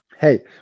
hey